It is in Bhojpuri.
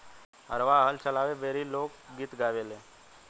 हरवाह हल चलावे बेरी लोक गीत गावेले